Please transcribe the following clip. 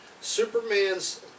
Superman's